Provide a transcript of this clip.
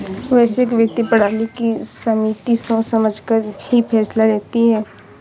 वैश्विक वित्तीय प्रणाली की समिति सोच समझकर ही फैसला लेती है